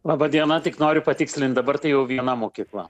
laba diena tik noriu patikslint dabar tai jau viena mokykla